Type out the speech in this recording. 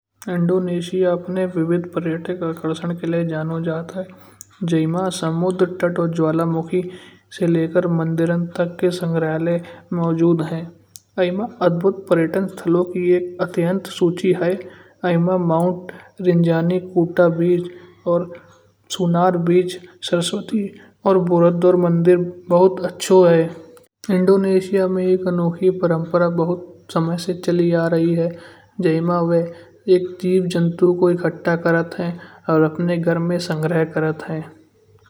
इंडोनेशिया अपने विविध पर्यटन आकर्षण के लिए जानू जाता है। जय मन समुद्र तट और ज्वालामुखी से लेकर मंदिरन तक के संग्रहालय मौजूद है। यई माई अदभुत पर्यटन स्थलों की एक अत्यंत सुची है। एमा Mount Rinjani Kuta beach और चुनार बीच, सरस्वती और बुराडर मंदिर बहुत अछो है। इंडोनेशिया में एक अनोखी परंपरा बहुत समय से चली आ रही है। जैमा वा एक जीव जंतु को एकठा क्रत है। और अपने घर में संग्रह क्रत है।